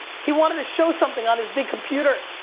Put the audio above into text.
he wanted to show something on his big computer,